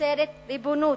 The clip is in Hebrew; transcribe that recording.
מייצרת ריבונות,